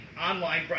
Online